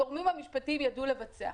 הגורמים המשפטיים ידעו לבצע.